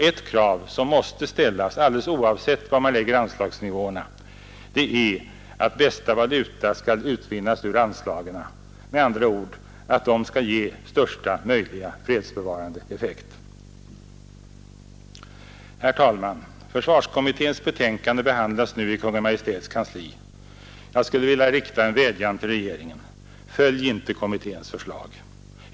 Ett krav som måste ställas, alldeles oavsett var man lägger anslagsnivåerna, är att bästa valuta skall utvinnas ur anslagen, med andra ord att dessa skall ge största möjliga fredsbevarande effekt. Försvarsutredningens betänkande behandlas nu i Kungl. Maj:ts kansli. Jag skulle vilja rikta en vädjan till regeringen: Följ inte utredningens förslag!